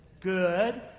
good